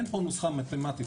אין פה נוסחה מתמטית,